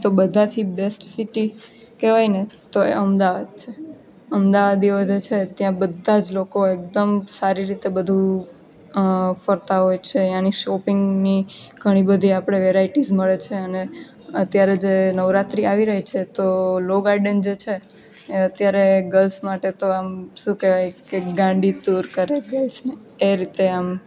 તો બધાથી best city કહેવાય ને તો એ અમદાવાદ છે અમદાવાદીઓ જે છે ત્યાં બધાં જ લોકો એકદમ સારી રીતે બધું ફરતા હોય છે ત્યાંની શોપિંગની ઘણી બધી આપણે વેરાયટીસ મળે છે અને અત્યારે જે નવરાત્રિ આવી રહી છે તો લો ગાર્ડન જે છે એ અત્યારે ગર્લ્સ માટે તો આમ શું કહેવાય કે ગાંડીતુર કરે ગર્લ્સને એ રીતે આમ